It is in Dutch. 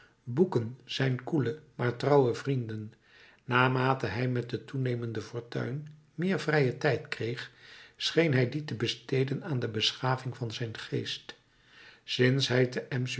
boeken zijn koele maar trouwe vrienden naarmate hij met de toenemende fortuin meer vrijen tijd kreeg scheen hij dien te besteden aan de beschaving van zijn geest sinds hij te